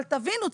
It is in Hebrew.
אבל תבינו,